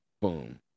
Boom